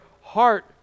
heart